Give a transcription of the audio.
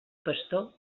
pastor